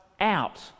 out